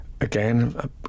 Again